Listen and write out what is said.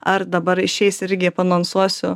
ar dabar išeis irgi paanonsuosiu